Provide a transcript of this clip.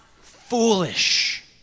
foolish